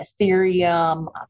Ethereum